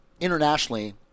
internationally